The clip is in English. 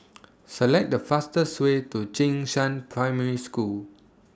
Select The fastest Way to Jing Shan Primary School